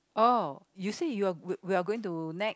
oh you said you are we we are going to Nex